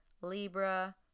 Libra